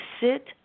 sit